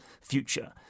future